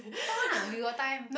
talk ah we got time